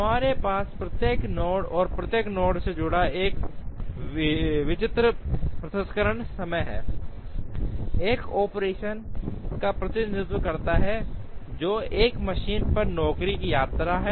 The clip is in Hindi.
हमारे पास प्रत्येक नोड और प्रत्येक नोड से जुड़ा एक निश्चित प्रसंस्करण समय है एक ऑपरेशन का प्रतिनिधित्व करता है जो एक मशीन पर नौकरी की यात्रा है